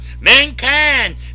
Mankind